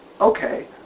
okay